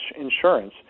insurance